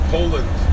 Poland